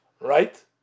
right